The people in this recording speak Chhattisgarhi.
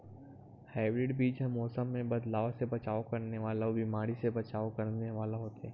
हाइब्रिड बीज हा मौसम मे बदलाव से बचाव करने वाला अउ बीमारी से बचाव करने वाला होथे